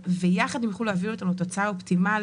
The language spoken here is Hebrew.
יחד הם יכולים להביא אותנו לתוצאה אופטימלית,